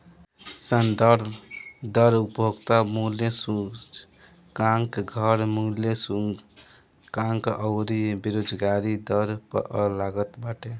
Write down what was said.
संदर्भ दर उपभोक्ता मूल्य सूचकांक, घर मूल्य सूचकांक अउरी बेरोजगारी दर पअ लागत बाटे